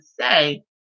say